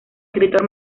escritor